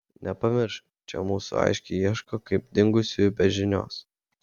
nepamiršk čia mūsų aiškiai ieško kaip dingusiųjų be žinios